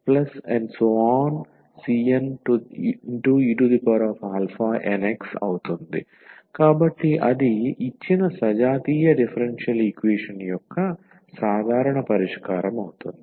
yc1c2xeαxc3e3xcnenx కాబట్టి అది ఇచ్చిన సజాతీయ డిఫరెన్షియల్ ఈక్వేషన్ యొక్క సాధారణ పరిష్కారం అవుతుంది